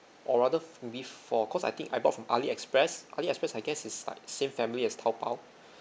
or rather with four cause I think I bought from Aliexpress Aliexpress I guess is like same family as Taobao